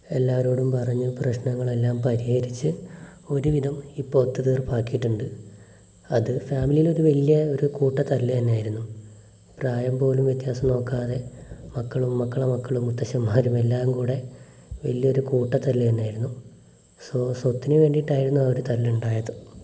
എല്ലാവരോടും പറഞ്ഞ് പ്രശ്നങ്ങൾ എല്ലാം പരിഹരിച്ച് ഒരു വിധം ഇപ്പോൾ ഒത്തുതീർപ്പ് ആക്കിയിട്ടുണ്ട് അത് ഫാമിലിയിൽ ഒരു വലിയ ഒരു കൂട്ടത്തല്ല് തന്നെ ആയിരുന്നു പ്രായം പോലും വ്യത്യാസം നോക്കാതെ മക്കളും മക്കള മക്കളും മുത്തശ്ശന്മാരും എല്ലാം കൂടെ വലിയൊരു കൂട്ടത്തല്ല് തന്നെയായിരുന്നു സോ സ്വത്തിന് വേണ്ടിയിട്ടായിരുന്നു അവർ തല്ല് ഉണ്ടായത്